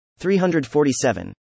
347